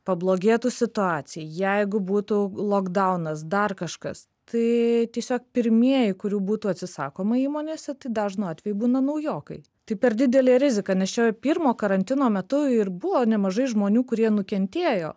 pablogėtų situacija jeigu būtų lokdaunas dar kažkas tai tiesiog pirmieji kurių būtų atsisakoma įmonėse tai dažnu atveju būna naujokai tai per didelė rizika nes čia jau pirmo karantino metu ir buvo nemažai žmonių kurie nukentėjo